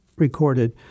recorded